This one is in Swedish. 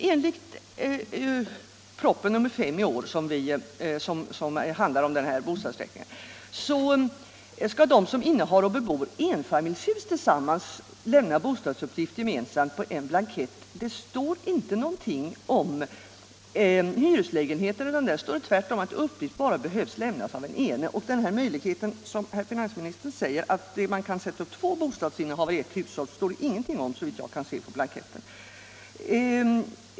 Enligt proposition nr 5, som handlar om folkoch bostadsräkningen, skall de som innehar och bebor ett enfamiljshus tillsammans lämna bostadsuppgift gemensamt på en blankett. För hyreslägenheter står det tvärtom att uppgift bara behöver lämnas av en person. Den möjlighet som herr finansministern nämner att skriva upp två bostadsinnehavare för ett hushåll står det ingenting om på blanketten såvitt jag kan se.